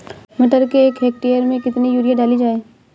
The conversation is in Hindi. मटर के एक हेक्टेयर में कितनी यूरिया डाली जाए?